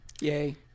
Yay